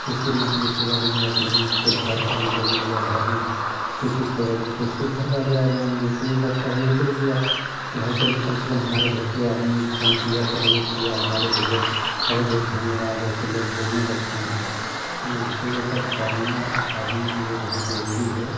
तो उसके नात रिश्तेदारी में या कहीं उसके घर का नंबर मिल गया घर में सूचित करोगे तो उसके घरवाले आ जाएंगे तो ये सब सहयोग हुआ कि भाई चलो कम से कम हमारे घर तो आदमी फोन किया सहयोग किया हमारे भइया बहुत बहुत धन्यवाद ऐसे लोग बोलने लगते हैं तो ये सब करना आदमी के लिए बहुत जरूरी है